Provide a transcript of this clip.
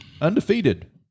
undefeated